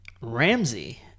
Ramsey